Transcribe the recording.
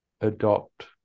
adopt